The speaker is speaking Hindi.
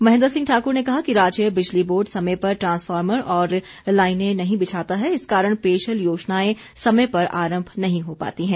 महेन्द्र सिंह ठाकुर ने कहा कि राज्य बिजली बोर्ड समय पर ट्रांसफार्मर और लाइनें नहीं बिछाता है इस कारण पेयजल योजनाएं समय पर आरंभ नहीं हो पाती है